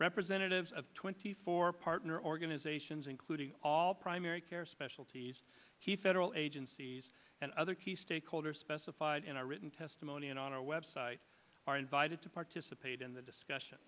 representatives of twenty four partner organizations including all primary care specialties he federal agencies and other key stakeholders specified in our written testimony and on our website are invited to participate in the discussion